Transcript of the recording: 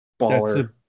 baller